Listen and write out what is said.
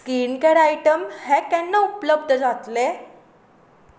skincare item हें केन्ना उपलब्ध जातलें